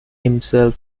himself